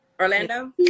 Orlando